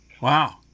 Wow